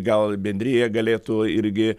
gal bendrija galėtų irgi